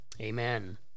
Amen